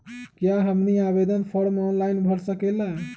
क्या हमनी आवेदन फॉर्म ऑनलाइन भर सकेला?